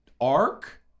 Ark